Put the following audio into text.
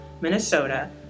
Minnesota